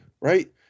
right